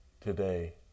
today